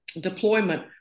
deployment